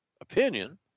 opinion